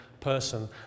person